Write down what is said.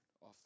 off